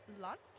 lunch